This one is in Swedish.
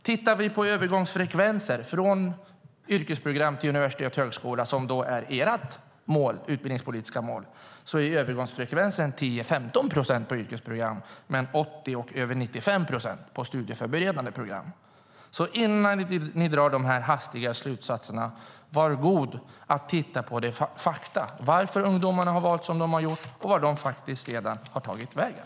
Tittar vi på övergångsfrekvenser från yrkesprogram till universitet och högskola, vilket är ert utbildningspolitiska mål, är den 10-15 procent på yrkesprogram men 80-95 procent på studieförberedande program. Innan ni drar förhastade slutsatser måste ni titta på fakta, på varför ungdomarna har valt som de har gjort och vart de sedan har tagit vägen.